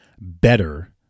better